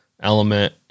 element